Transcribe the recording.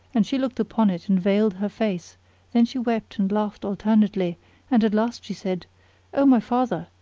and she looked upon it and veiled her face then she wept and laughed alternately and at last she said o my father,